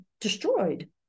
destroyed